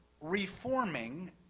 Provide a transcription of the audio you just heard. reforming